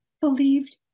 believed